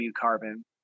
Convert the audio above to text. Carbon